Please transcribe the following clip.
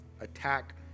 attack